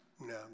No